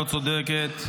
מדינות.